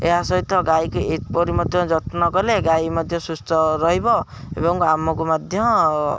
ଏହା ସହିତ ଗାଈକୁ ଏପରି ମଧ୍ୟ ଯତ୍ନ କଲେ ଗାଈ ମଧ୍ୟ ସୁସ୍ଥ ରହିବ ଏବଂ ଆମକୁ ମଧ୍ୟ